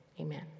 amen